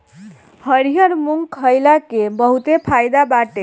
हरिहर मुंग खईला के बहुते फायदा बाटे